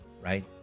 Right